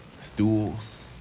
stools